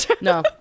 No